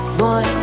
boy